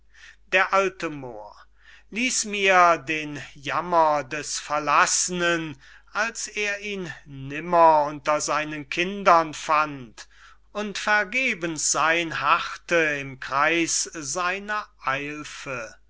d a moor lis mir den jammer des verlassenen als er ihn nimmer unter seinen kindern fand und vergebens sein harrte im kreis seiner eilfe